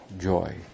joy